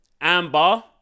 Amber